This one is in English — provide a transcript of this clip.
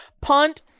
punt